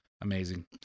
Amazing